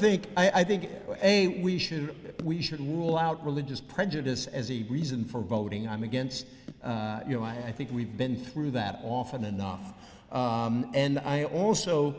think i think a we should we should rule out religious prejudice as a reason for voting i'm against you know i think we've been through that often enough and i also